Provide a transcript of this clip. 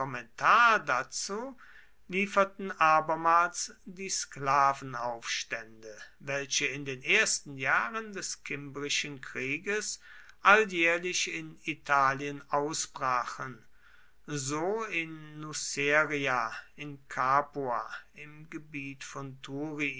dazu lieferten abermals die sklavenaufstände welche in den ersten jahren des kimbrischen krieges alljährlich in italien ausbrachen so in nuceria in capua im gebiet von